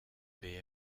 vais